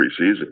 preseason